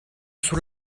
sur